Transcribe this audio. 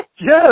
Yes